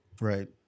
Right